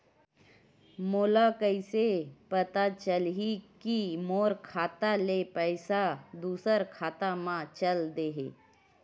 मोला कइसे पता चलही कि मोर खाता ले पईसा दूसरा खाता मा चल देहे?